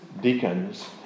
deacons